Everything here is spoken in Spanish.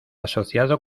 asociado